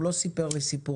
הוא לא סיפר לי סיפורים.